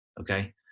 okay